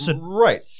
Right